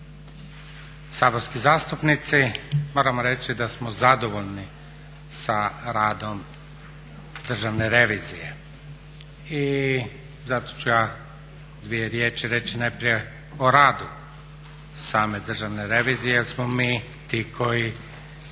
saborski zastupnici moramo reći da smo zadovoljni sa radom državne revizije. I zato ću ja dvije riječi reći najprije o radu same državne revizije jer smo mi ti koji